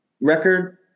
record